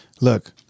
Look